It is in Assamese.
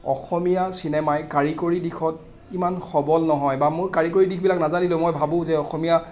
অসমীয়া চিনেমাই কাৰিকৰী দিশত ইমান সবল নহয় বা মোৰ কাৰিকৰী দিশবিলাক নাজানিলেও মই ভাবোঁ যে অসমীয়া